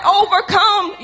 overcome